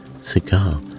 cigar